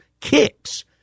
Kicks